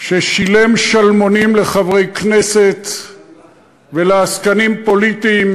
ששילם שלמונים לחברי כנסת ולעסקנים פוליטיים,